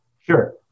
Sure